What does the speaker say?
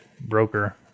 broker